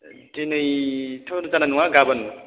दिनैथ' जानाय नङा गाबोन